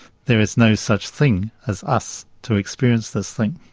there is no such thing as us to experience this thing.